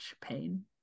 pain